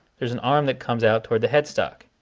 there's an arm that comes out toward the headstock,